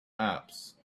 apps